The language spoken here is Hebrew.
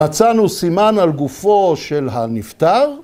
מצאנו סימן על גופו של הנפטר.